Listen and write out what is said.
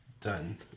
done